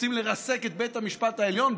רוצים לרסק את בית המשפט העליון?